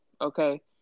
Okay